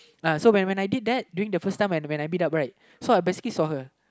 uh so when when I did that during the first time when when I meet up right so I basically saw her